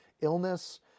illness